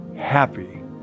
Happy